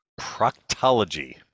Proctology